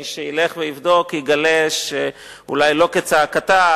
מי שילך ויבדוק יגלה שאולי לא כצעקתה,